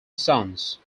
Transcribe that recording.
sons